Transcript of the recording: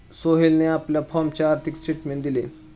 सोहेलने आपल्या फॉर्मचे आर्थिक स्टेटमेंट दिले